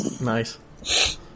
Nice